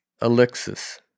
Alexis